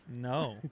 No